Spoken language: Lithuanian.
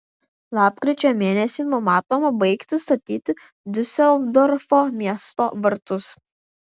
lapkričio mėnesį numatoma baigti statyti diuseldorfo miesto vartus